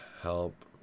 help